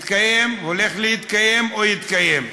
מתקיים, הולך להתקיים או יתקיים?